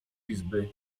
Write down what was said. izby